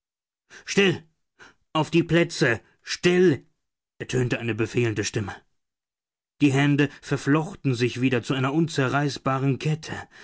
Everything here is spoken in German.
still auf die plätze still ertönte eine befehlende stimme die hände verflochten sich wieder zu einer unzerreißbaren kette